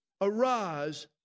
Arise